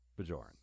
Bajoran